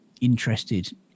interested